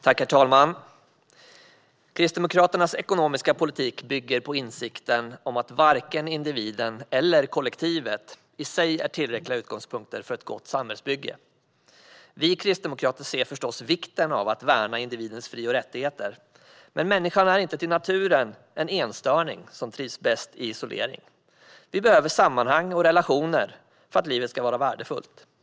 Herr talman! Kristdemokraternas ekonomiska politik bygger på insikten om att varken individen eller kollektivet i sig är tillräckliga utgångspunkter för ett gott samhällsbygge. Vi kristdemokrater ser förstås vikten av att värna individens fri och rättigheter. Men människan är inte till naturen en enstöring som trivs bäst i isolering. Vi behöver sammanhang och relationer för att livet ska vara värdefullt.